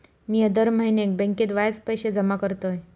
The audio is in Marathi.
मिया दर म्हयन्याक बँकेत वायच पैशे जमा करतय